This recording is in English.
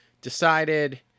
decided